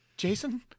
Jason